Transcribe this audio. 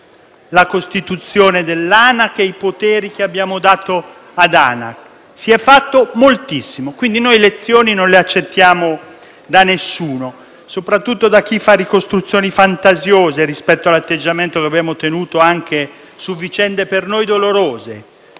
anticorruzione (ANAC) e ai poteri che le abbiamo dato. Si è fatto moltissimo, quindi noi lezioni non ne accettiamo da nessuno, soprattutto da chi fa ricostruzioni fantasiose rispetto all'atteggiamento che abbiamo tenuto anche su vicende per noi dolorose.